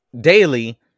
daily